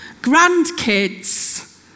Grandkids